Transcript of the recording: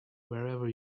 wherever